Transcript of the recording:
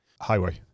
highway